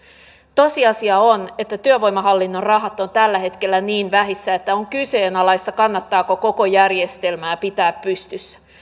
tosiasia on että työvoimahallinnon rahat ovat tällä hetkellä niin vähissä että on kyseenalaista kannattaako koko järjestelmää pitää pystyssä